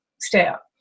step